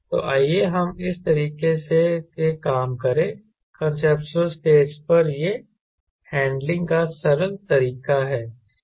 तो आइए हम इस तरीके से काम करें कांसेप्चुअल स्टेज पर यह हैंडलिंग का सरल तरीका है